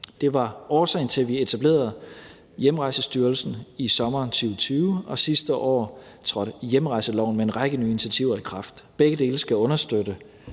Det var årsagen til, at vi etablerede Hjemrejsestyrelsen i sommeren 2020, og sidste år trådte hjemrejseloven med en række nye initiativer i kraft. Begge dele skal understøtte